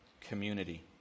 community